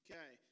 Okay